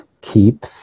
keep